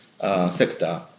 Sector